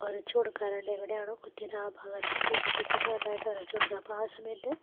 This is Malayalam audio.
ഉരച്ച് കൊടുക്കാറുണ്ട് എവിടെയാണോ കുത്തിയത് ആ ഭാഗത്തേക്ക് ഉപ്പിട്ടിട്ട് നന്നായിട്ട് ഉരച്ചു കൊടുക്കും അപ്പോൾ ആ സമയത്ത്